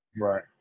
right